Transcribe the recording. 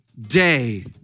day